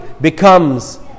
becomes